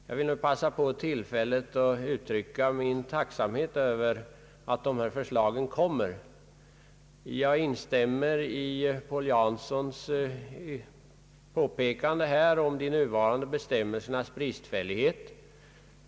Jag vill passa på tillfället att uttrycka min tacksamhet över att förslag härom kommer att framläggas. Jag instämmer i herr Paul Janssons påpekande om de nuvarande bestämmelsernas bristfällighet.